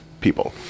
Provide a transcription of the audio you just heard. people